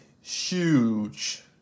huge